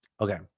okay